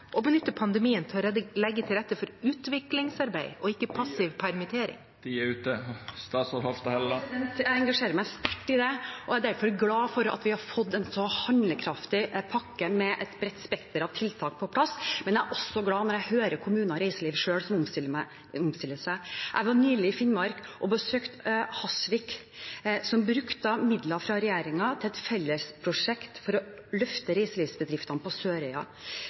benytte pandemien til å legge til rette for utviklingsarbeid, ikke passiv permittering? Jeg engasjerer meg sterkt i det og er derfor glad for at vi har fått på plass en så handlekraftig pakke med et bredt spekter av tiltak. Jeg er også glad når jeg hører kommuner og reiseliv som selv omstiller seg. Jeg var nylig i Finnmark og besøkte Hasvik, som brukte midler fra regjeringen til et fellesprosjekt for å løfte reiselivsbedriftene på Sørøya.